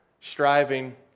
striving